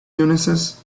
illnesses